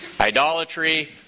idolatry